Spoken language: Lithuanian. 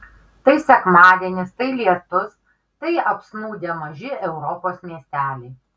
tai sekmadienis tai lietus tai apsnūdę maži europos miesteliai